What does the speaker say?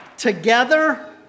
Together